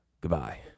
Goodbye